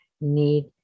need